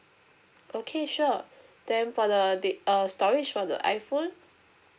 okay sure then for the the err storage for the iPhone